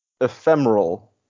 ephemeral